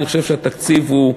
אני חושב שהתקציב הוא,